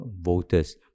voters